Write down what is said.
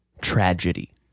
Tragedy